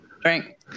drink